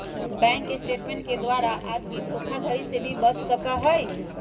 bank statement के द्वारा आदमी धोखाधडी से भी बच सका हई